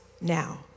now